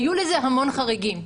היו לזה המון חריגים,